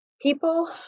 People